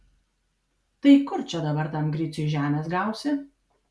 tai kur čia dabar tam griciui žemės gausi